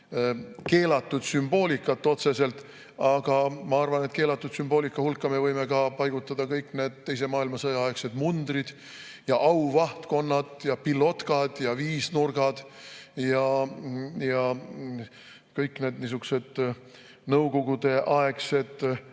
keelatud sümboolikat. Aga ma arvan, et keelatud sümboolika hulka me võime ka paigutada kõik need teise maailmasõja aegsed mundrid ja auvahtkonnad ja pilotkad ja viisnurgad ja kõik niisugused nõukogudeaegsed